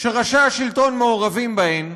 שראשי השלטון מעורבים בהן,